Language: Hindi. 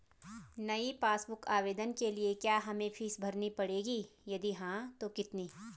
नयी पासबुक बुक आवेदन के लिए क्या हमें फीस भरनी पड़ेगी यदि हाँ तो कितनी?